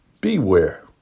Beware